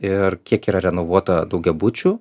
ir kiek yra renovuota daugiabučių